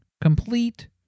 Complete